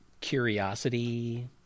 curiosity